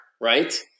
right